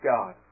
God